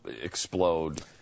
explode